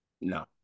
No